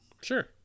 sure